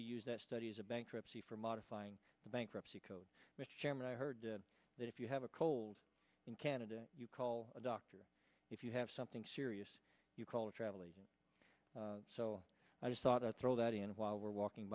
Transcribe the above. we use that study as a bankruptcy for modifying the bankruptcy code mr chairman i heard that if you have a cold in canada you call a doctor if you have something serious you call a travel agent so i just thought i'd throw that in while we're walking